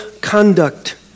conduct